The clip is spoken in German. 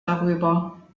darüber